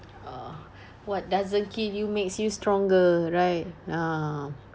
oh what doesn't kill you makes you stronger right ah